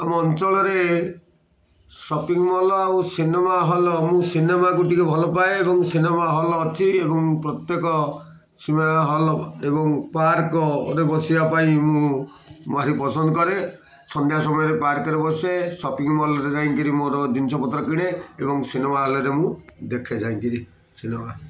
ଆମ ଅଞ୍ଚଳରେ shopping mall ଆଉ ସିନେମା ହଲ୍ ମୁଁ ସିନେମାକୁ ଟିକେ ଭଲପାଏ ଏବଂ ସିନେମା ହଲ୍ ଅଛି ଏବଂ ପ୍ରତ୍ୟେକ ସିନେମା ହଲ୍ ଏବଂ ପାର୍କରେ ବସିବା ପାଇଁ ମୁଁ ଭାରି ପସନ୍ଦ କରେ ସନ୍ଧ୍ୟା ସମୟରେ ପାର୍କରେ ବସେ ସପିଂ ମଲ୍ରେ ଯାଇକରି ମୋର ଜିନିଷପତ୍ର କିଣେ ଏବଂ ସିନେମା ହଲ୍ରେ ମୁଁ ଦେଖେ ଯାଇକରି ସିନେମା